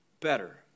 better